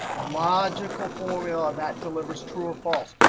logical formula, that delivers true or false.